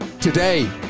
Today